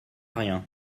rien